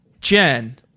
Jen